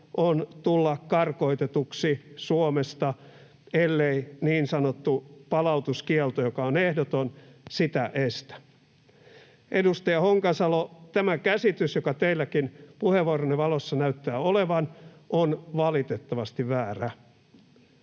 on tulla karkotetuksi Suomesta, ellei niin sanottu palautuskielto, joka on ehdoton, sitä estä. Edustaja Honkasalo, tämä käsitys, joka teilläkin puheenvuoronne valossa näyttää olevan, on valitettavasti väärä.